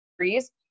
trees